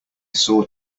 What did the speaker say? saw